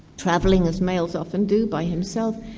travelling as males often do by himself,